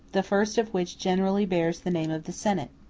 the first of which generally bears the name of the senate.